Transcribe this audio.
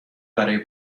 برای